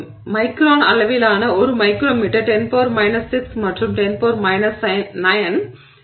எனவே மைக்ரான் அளவிலான ஒரு மைக்ரோமீட்டர் 10 6 மற்றும் 10 9 நானோமீட்டர் ஆகும்